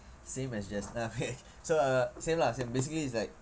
same as just now so uh same lah same basically it's like